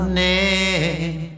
name